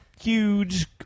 huge